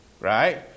right